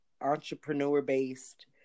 entrepreneur-based